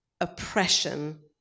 oppression